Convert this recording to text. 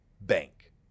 bank